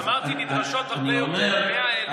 אמרתי שנדרשות הרבה יותר מ-100,000 יחידות דיור.